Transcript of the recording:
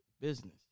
business